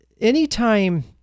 anytime